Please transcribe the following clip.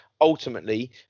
ultimately